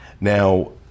Now